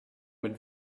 mit